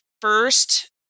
first